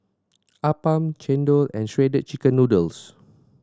appam chendol and Shredded Chicken Noodles